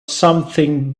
something